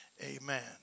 Amen